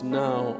now